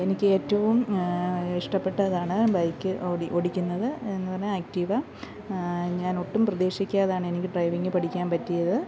എനിക്കേറ്റവും ഇഷ്ടപ്പെട്ടതാണ് ബൈക്ക് ഓടി ഓടിക്കുന്നത് എന്നു പറഞ്ഞാൽ ആക്ടീവാ ഞാൻ ഒട്ടും പ്രതീക്ഷിക്കാതെയാണ് എനിക്ക് ഡ്രൈവിംഗ് പഠിക്കാൻ പറ്റിയത്